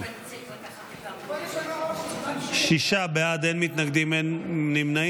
הודעת הממשלה על רצונה להחיל דין רציפות על הצעת חוק למניעת